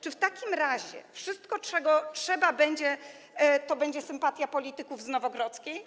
Czy w takim razie wszystko, czego będzie trzeba, to będzie sympatia polityków z Nowogrodzkiej?